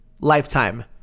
lifetime